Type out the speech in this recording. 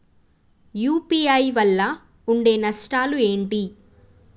UPI వల్ల ఉండే నష్టాలు ఏంటి??